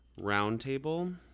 Roundtable